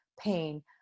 pain